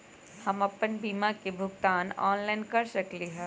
हम अपन बीमा के भुगतान ऑनलाइन कर सकली ह?